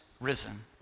risen